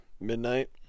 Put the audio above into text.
midnight